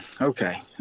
Okay